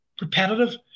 repetitive